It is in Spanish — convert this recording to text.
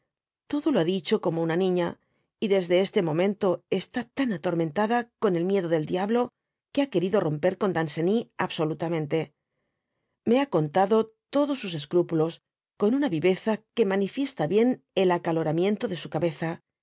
todo lo ha dicho como una niña y desde este momento está tan atormentada con el miedo del diablo que ha querido romper con danceny absolutamente me ha contado todos sus escrúpulos con una viveza que manifesta bien el acaloramiento de su cabeza